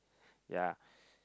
yeah